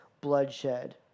bloodshed